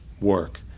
work